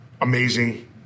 amazing